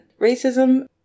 racism